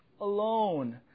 alone